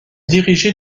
dirigé